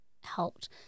helped